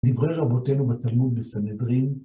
נברא רבותינו בתלמוד בסנדרין.